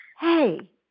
hey